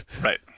Right